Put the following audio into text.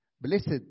blessed